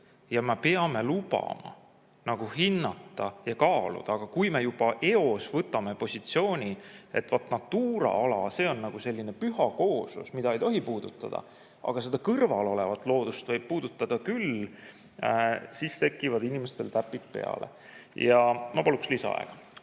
ja me peame lubama nagu hinnata ja kaaluda. Kui me juba eos võtame positsiooni, et Natura ala, see on selline püha kooslus, mida ei tohi puudutada, aga seda kõrval olevat loodust võib puudutada küll, siis tekivad inimestel täpid peale. Ma paluksin lisaaega.